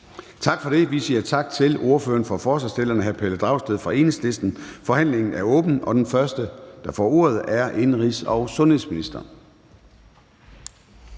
Tak. Vi siger tak til ordføreren for forslagsstillerne, hr. Pelle Dragsted fra Enhedslisten. Forhandlingen er åbnet, og den første, der får ordet, er indenrigs- og sundhedsministeren.